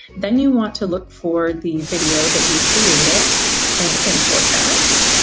then you want to look for the video that you created and import that,